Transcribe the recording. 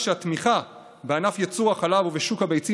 כשהתמיכה בענף ייצור החלב ובשוק הביצים